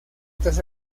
otras